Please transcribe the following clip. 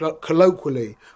colloquially